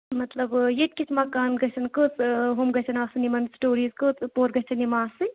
مطلب ییٚتہِ کِتھ مکان گژھن کٔژ ہُم گَژھن آسٕنۍ یِمَن سٹوریٖز کٔژ پُہر گژھن یِم آسٕنۍ